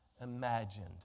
imagined